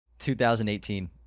2018